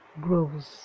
grows